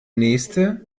nächste